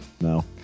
No